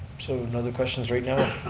so another questions right now.